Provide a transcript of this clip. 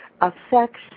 affects